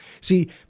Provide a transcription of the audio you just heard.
See